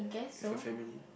is for family